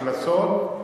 הקנסות?